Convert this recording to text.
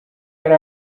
yari